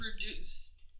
produced